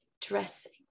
dressing